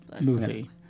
movie